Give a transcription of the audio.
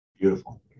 Beautiful